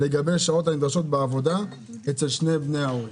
לגבי שעות הנדרשות בעבודה אצל שני בני ההורים?